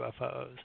UFOs